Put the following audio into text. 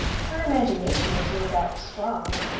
her imagination is no doubt strong,